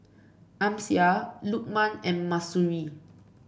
Amsyar Lukman and Mahsuri